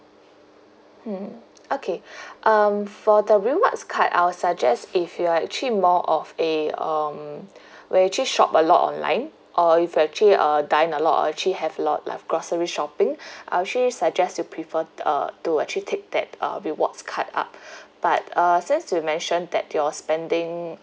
hmm okay um for the rewards card I will suggest if you are actually more of a um where you actually shop a lot online or if you actually uh dine a lot or actually have a lot like grocery shopping I would actually suggest you preferred uh to actually take that uh rewards card up but uh since you mentioned that your spending